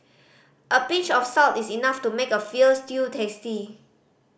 a pinch of salt is enough to make a feel stew tasty